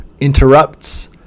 interrupts